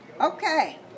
Okay